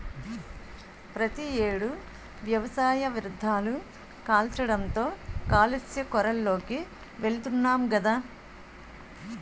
ప్రతి ఏడు వ్యవసాయ వ్యర్ధాలు కాల్చడంతో కాలుష్య కోరల్లోకి వెలుతున్నాం గదా